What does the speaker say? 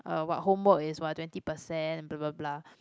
uh what homework is what twenty percent blah blah blah